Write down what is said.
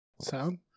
Sound